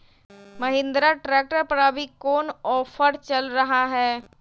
Mahindra tractor पर अभी कोन ऑफर चल रहा है?